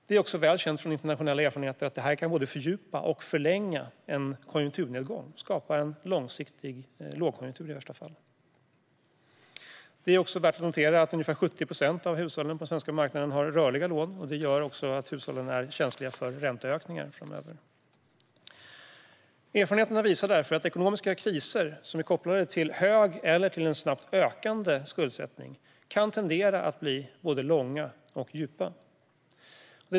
Det är också väl känt från internationella erfarenheter att detta både kan fördjupa och förlänga en konjunkturnedgång och i värsta fall skapa en långsiktig lågkonjunktur. Det är värt att notera att ungefär 70 procent av hushållen på den svenska marknaden har rörliga lån, vilket gör att hushållen är känsliga för ränteökningar framöver. Erfarenheterna visar att ekonomiska kriser som är kopplade till en hög eller en snabbt ökande skuldsättning tenderar att bli både långa och djupa.